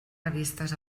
revistes